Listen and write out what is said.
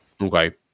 okay